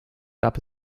gab